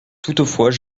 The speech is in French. toutefois